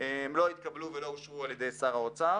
אך אלו לא התקבלו ולא אושרו על ידי שר האוצר.